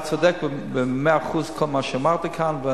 אתה צודק במאה אחוז בכל מה שאמרת כאן,